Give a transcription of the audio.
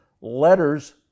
Letters